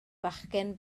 fachgen